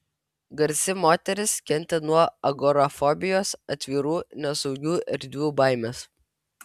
garsi moteris kentė nuo agorafobijos atvirų nesaugių erdvių baimės